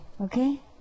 okay